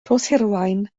rhoshirwaun